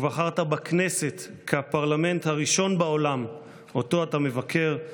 ובחרת בכנסת כפרלמנט הראשון בעולם שאותו אתה מבקר,